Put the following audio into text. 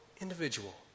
individual